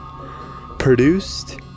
Produced